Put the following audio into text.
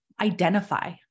identify